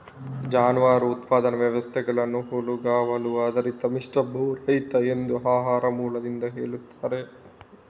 ಜಾನುವಾರು ಉತ್ಪಾದನಾ ವ್ಯವಸ್ಥೆಗಳನ್ನ ಹುಲ್ಲುಗಾವಲು ಆಧಾರಿತ, ಮಿಶ್ರ, ಭೂರಹಿತ ಎಂದು ಆಹಾರದ ಮೂಲದಿಂದ ಹೇಳ್ತಾರೆ